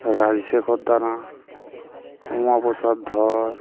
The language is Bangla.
রাজশেখর দানা উমাপ্রসাদ ধর